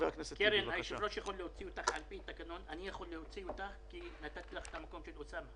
פי טענתם לא הוגנת,